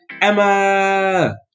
Emma